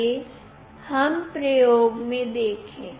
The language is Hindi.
आइए हम प्रयोग में देखें